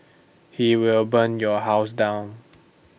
he will burn your house down